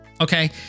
Okay